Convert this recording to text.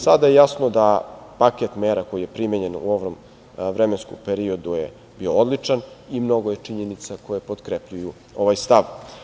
Sada je jasno da paket mera koji je primenjen u ovom vremenskom periodu je bio odličan i mnogo je činjenica koje potkrepljuju ovaj stav.